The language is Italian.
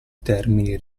termini